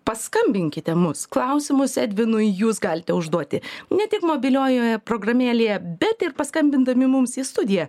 paskambinkite mus klausimus edvinui jūs galite užduoti ne tik mobiliojoje programėlėje bet ir paskambindami mums į studiją